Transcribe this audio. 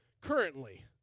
currently